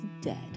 dead